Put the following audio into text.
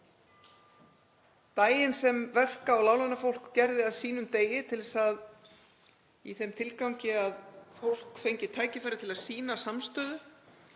daginn sem verka- og láglaunafólk gerði að sínum degi í þeim tilgangi að fólk fengi tækifæri til að sýna samstöðu,